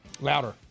louder